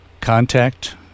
contact